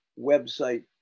website